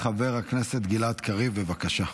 חבר הכנסת גלעד קריב, בבקשה.